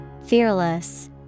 Fearless